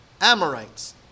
Amorites